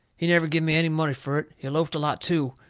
he never give me any money fur it. he loafed a lot too,